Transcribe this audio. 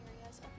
areas